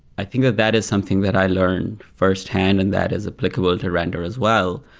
i think that that is something that i learned firsthand and that is applicable to render as well.